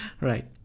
Right